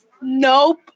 Nope